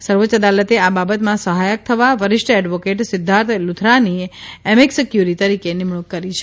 સર્વોચ્ય અદાલતે આ બાબતમાં સહાયક થવા વરિષ્ઠ એડવોકેટ સિધ્ધાર્થ લુથરાની એમિકસ ક્વરી તરીકે નિમણુંક કરી છે